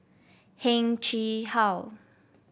Heng Chee How